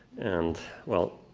and well,